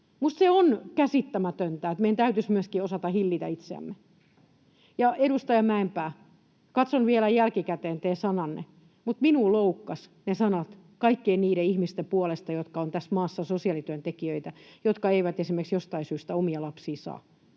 se on käsittämätöntä, eli meidän täytyisi myöskin osata hillitä itseämme. Ja edustaja Mäenpää, katson vielä jälkikäteen teidän sananne, mutta minua loukkasivat ne sanat kaikkien niiden ihmisten puolesta, jotka ovat tässä maassa sosiaalityöntekijöitä ja jotka eivät esimerkiksi jostain syystä omia lapsia saa.